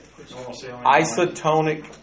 Isotonic